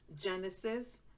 genesis